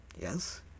Yes